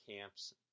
camps